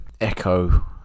echo